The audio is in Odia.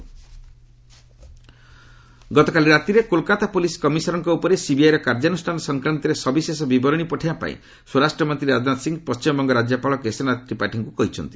ରାଜନାଥ ଡବ୍ଲ୍ ବି ଗଭର୍ଣ୍ଣର୍ ଗତକାଲି ରାତିରେ କୋଲ୍କାତା ପୁଲିସ୍ କମିଶନର୍ଙ୍କ ଉପରେ ସିବିଆଇର କାର୍ଯ୍ୟାନୁଷ୍ଠାନ ସଂକ୍ରାନ୍ତରେ ସବିଶେଷ ବିବରଣୀ ପଠାଇବାପାଇଁ ସ୍ୱରାଷ୍ଟ୍ରମନ୍ତ୍ରୀ ରାଜନାଥ ସିଂ ପଣ୍ଟିମବଙ୍ଗ ରାଜ୍ୟପାଳ କେଶରୀନାଥ ତ୍ରିପାଠୀଙ୍କୁ କହିଛନ୍ତି